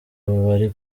bari